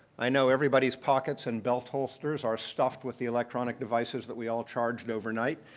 i know everybody's pockets and belt holsters are stuffed with the electronic devices that we all charged overnight.